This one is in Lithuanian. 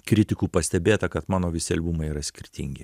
kritikų pastebėta kad mano visi albumai yra skirtingi